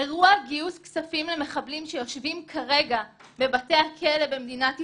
אירוע גיוס כספים למחבלים שיושבים כרגע בבתי הכלא במדינת ישראל,